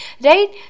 right